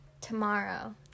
tomorrow